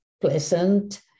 pleasant